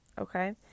okay